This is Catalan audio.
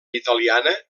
italiana